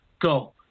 go